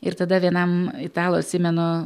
ir tada vienam italų atsimenu